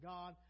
God